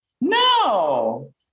No